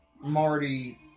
Marty